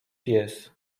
pies